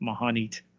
Mahanit